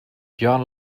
john